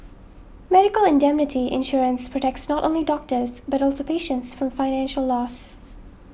medical indemnity insurance protects not only doctors but also patients from financial loss